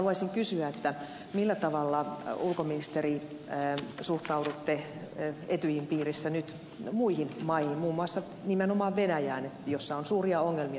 haluaisin kysyä millä tavalla ulkoministeri suhtaudutte etyjin piirissä nyt muihin maihin muun muassa nimenomaan venäjään jossa on suuria ongelmia